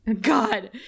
God